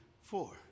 four